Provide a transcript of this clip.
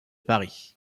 paris